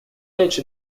речь